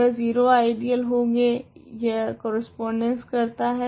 वह 0 आइडियल होगे यह कोरेस्पोंडस करता है